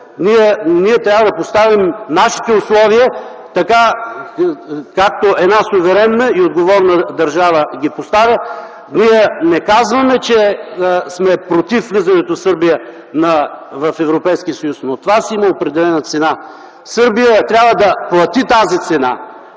ние трябва да поставим нашите условия така, както една суверенна и отговорна държава ги поставя. Ние не казваме, че сме против влизането на Сърбия в Европейския съюз, но това си има определена цена. Сърбия трябва да плати тази цена,